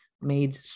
made